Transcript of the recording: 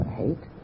hate